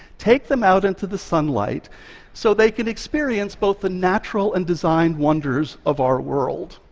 take them out into the sunlight so they can experience both the natural and design wonders of our world,